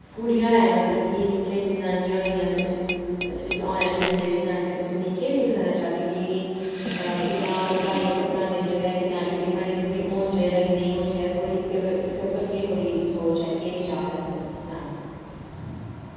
कुड़ियां ऐं मतलब जेह्कियां जनानियां गेइयां तुस जेह्की औने आह्ली जनरेशन ऐ अग्गें तुस इनें ई केह् सिक्ख देना चाह्गे कि इनें किन्ना पढ़ाई उप्पर ध्यान देना चाहिदा किन्ना इंडिपेंडेंट इनें होन चाहिदा की निं होन चाहिदा थुआढ़ी इसदे उप्पर इसदे उप्पर केह् थुआढ़ी सोच ऐ केह् विचार ऐ थोआड़ा इसदे बारे च सनाएओ